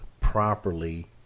properly